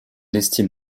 estime